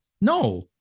No